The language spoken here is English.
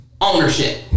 ownership